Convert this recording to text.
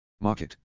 Market